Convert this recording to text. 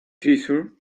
treasure